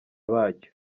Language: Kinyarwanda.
bacyo